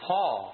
Paul